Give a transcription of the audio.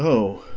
o,